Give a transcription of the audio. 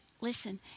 Listen